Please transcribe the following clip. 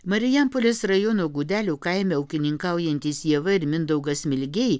marijampolės rajono gudelių kaime ūkininkaujantys ieva ir mindaugas smilgiai